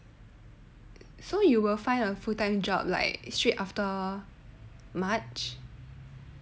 okay so you will find a full time job like straight after march